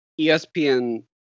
ESPN